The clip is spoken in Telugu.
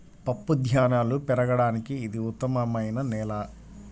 పప్పుధాన్యాలు పెరగడానికి ఇది ఉత్తమమైన నేల